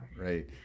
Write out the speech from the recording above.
Right